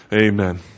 Amen